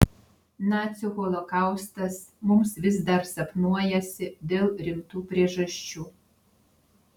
nacių holokaustas mums vis dar sapnuojasi dėl rimtų priežasčių